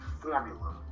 formula